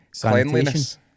cleanliness